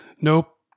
Nope